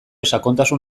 sakontasun